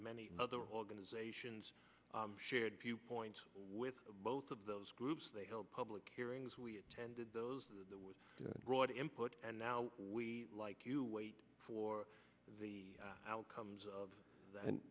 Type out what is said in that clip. many other organizations shared viewpoints with both of those groups they held public hearings we attended those that was brought in put and now we like you wait for the outcomes of